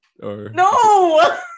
no